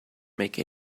make